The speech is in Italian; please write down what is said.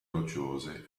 rocciose